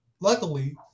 Luckily